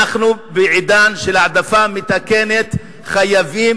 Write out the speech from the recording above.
אנחנו, בעידן של העדפה מתקנת, חייבים